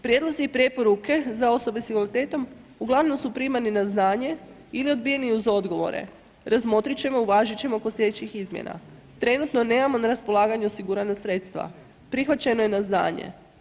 Prijedlozi i preporuke za osobe s invaliditetom uglavnom su primani na znanje ili odbijeni uz odgovore, razmotrit ćemo, uvažit ćemo kod slijedećih izmjena, trenutno nemamo na raspolaganju osigurana sredstva, prihvaćeno je na znanje.